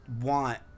want